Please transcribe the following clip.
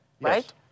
right